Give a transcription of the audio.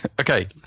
Okay